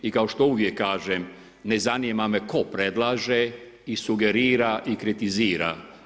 I kao što uvijek kažem, ne zanima me tko predlaže i sugerira i kritizira.